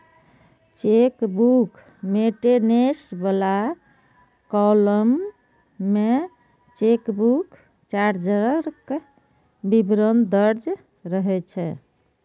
chequebook maintenance बला column मे chequebook चार्जक विवरण दर्ज रहै छै